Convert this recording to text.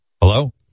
Hello